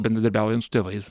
bendrabiaujam su tėvais